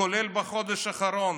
כולל בחודש האחרון,